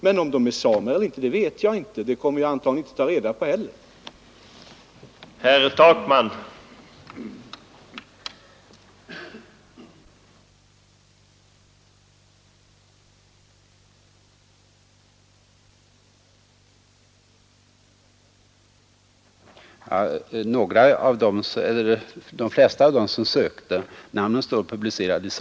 Men om de är samer eller inte vet jag inte, och det kommer jag antagligen inte heller att ta reda på.